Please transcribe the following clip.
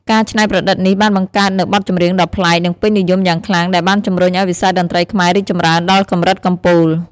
ការច្នៃប្រឌិតនេះបានបង្កើតនូវបទចម្រៀងដ៏ប្លែក និងពេញនិយមយ៉ាងខ្លាំង ដែលបានជំរុញឱ្យវិស័យតន្ត្រីខ្មែររីកចម្រើនដល់កម្រិតកំពូល ។